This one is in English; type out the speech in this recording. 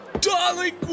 darling